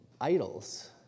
idols